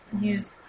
use